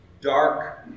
dark